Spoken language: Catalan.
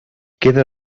queda